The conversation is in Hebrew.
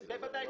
בוודאי.